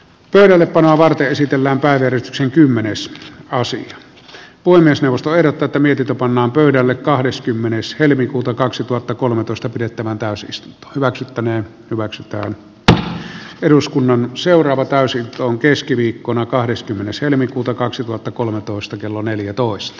pöydällepanoa varten esitellään päävärit sen kymmenes kausi on myös nostaa ja tätä mietitä pannaan pöydälle kahdeskymmenes helmikuuta kaksituhattakolmetoista pidettävään täysistunto hyväksyttäneen hyväksikäyttö eduskunnan seuraava täysin on keskiviikkona kahdeskymmenes helmikuuta kaksituhattakolmetoista kello neljätoista